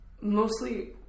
mostly